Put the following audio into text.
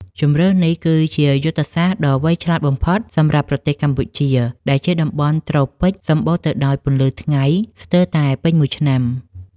ជម្រើសនេះគឺជាយុទ្ធសាស្ត្រដ៏វៃឆ្លាតបំផុតសម្រាប់ប្រទេសកម្ពុជា ដែលជាតំបន់ត្រូពិកសម្បូរទៅដោយពន្លឺថ្ងៃស្ទើរតែពេញមួយឆ្នាំ។